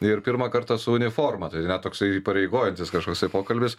ir pirmą kartą su uniforma tai net toksai įpareigojantis kažkoksai pokalbis